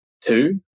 two